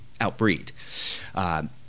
outbreed